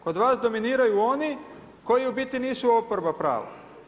Kod vas dominiraju oni koji u biti nisu oporba prava.